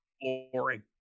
boring